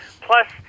Plus